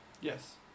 Yes